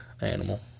animal